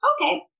okay